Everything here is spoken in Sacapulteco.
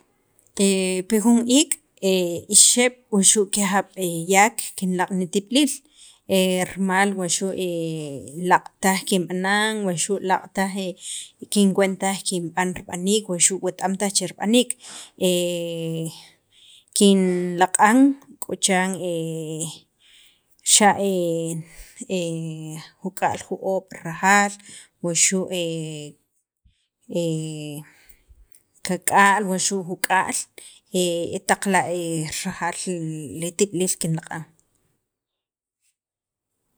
pi jun iik' ixeb' wuxu' kijab' yak kinlaq' nitib'iliil rimal wa xu' laaq' taj kinb'anan, wa xu' laaq' taj, wuxu' kinkuwen taj kinb'an rib'aniik wuxu' wet- am taj che rib'aniik, kinlaq'an k'o chiran xa' juk'aal jo'oob' rajal wuxu' ka'k'al wuxu' juk'aa'l etaq la' rajaal li tib'iliil kinlaq'an.